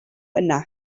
yna